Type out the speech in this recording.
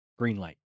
Greenlight